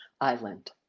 island